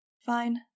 Fine